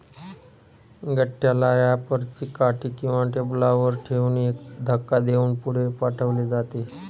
गठ्ठ्याला रॅपर ची काठी किंवा टेबलावर ठेवून एक धक्का देऊन पुढे पाठवले जाते